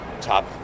top